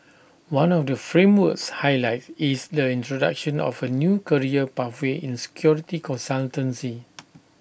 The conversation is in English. one of the framework's highlights is the introduction of A new career pathway in security consultancy